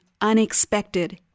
unexpected